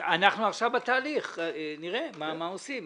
עכשיו בתהליך, נראה מה עושים.